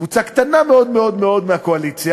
קבוצה קטנה מאוד מאוד מאוד מהקואליציה,